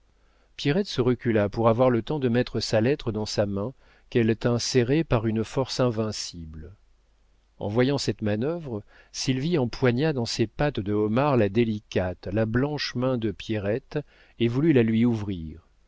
se recula pour avoir le temps de mettre sa lettre dans sa main qu'elle tint serrée par une force invincible en voyant cette manœuvre sylvie empoigna dans ses pattes de homard la délicate la blanche main de pierrette et voulut la lui ouvrir